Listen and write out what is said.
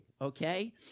okay